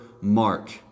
mark